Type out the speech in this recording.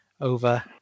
over